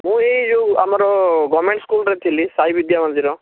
ମୁଁ ଏଇ ଯେଉଁ ଆମର ଗଭର୍ଣ୍ଣମେଣ୍ଟ ସ୍କୁଲରେ ଥିଲି ସାଇ ବିଦ୍ୟା ମନ୍ଦିର